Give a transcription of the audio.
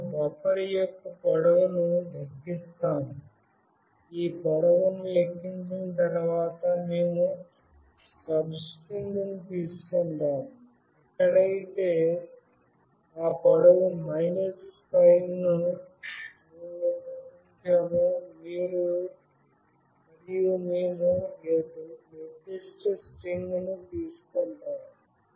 అప్పుడు మేము బఫర్ యొక్క పొడవును లెక్కిస్తాము ఈ పొడవును లెక్కించిన తరువాత మేము సబ్స్ట్రింగ్ను తీసుకుంటాము ఎక్కడైతే ఆ పొడవు మైనస్ 5 ను మేము కత్తిరించామో మరియు మేము ఆ నిర్దిష్ట స్ట్రింగ్ను తీసుకుంటాము